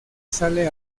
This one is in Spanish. sale